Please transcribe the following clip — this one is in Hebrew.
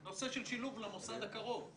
נושא של שילוב למוסד הקרוב.